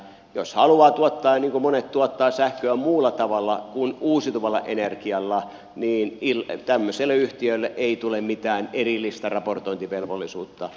jos haluaa tuottaa niin kuin monet tuottavat sähköä muulla tavalla kuin uusiutuvalla energialla niin tämmöiselle yhtiölle ei tule mitään erillistä raportointivelvollisuutta